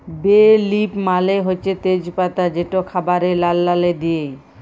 বে লিফ মালে হছে তেজ পাতা যেট খাবারে রাল্লাল্লে দিই